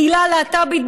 הקהילה הלהט"בית,